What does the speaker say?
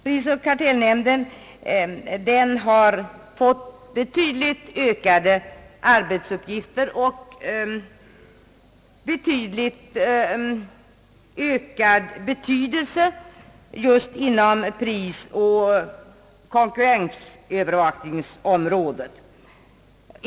Prisoch kartellnämnden har fått betydligt ökade arbetsuppgifter och mycket större betydelse inom prisoch konkurrensövervakningens område.